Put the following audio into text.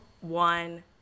one